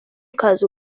ukaza